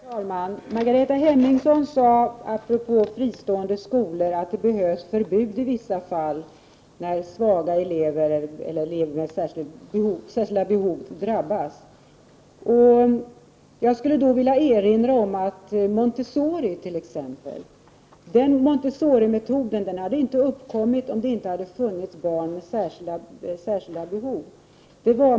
Herr talman! Margareta Hemmingsson sade apropå fristående skolor att det behövs förbud i vissa fall, när elever med särskilda behov drabbas. Jag skulle då vilja erinra om exempelvis Montessoriskolan. Montessorimetoden hade inte uppkommit, om det inte hade funnits barn med särskilda behov.